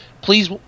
Please